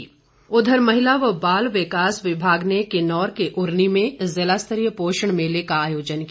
पोषण महिला व बाल विकास विभाग ने किन्नौर के उरनी में जिला स्तरीय पोषण मेले का आयोजन किया